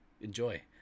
enjoy